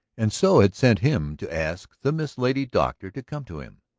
and so had sent him to ask the miss lady doctor to come to him.